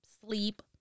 sleep